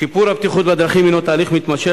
שיפור הבטיחות בדרכים הינו תהליך מתמשך,